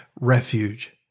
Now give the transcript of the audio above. refuge